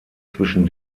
zwischen